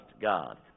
God